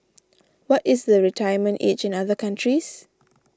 what is the retirement age in other countries